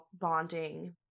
bonding